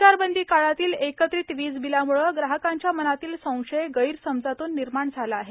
संचारबंदीकाळातील एकत्रित वीज बिलाम्ळे ग्राहकांच्या मनातील संशय गैरसमजातून निर्माण झाला आहे